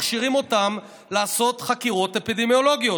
מכשירים אותם לעשות חקירות אפידמיולוגיות?